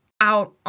out